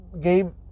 game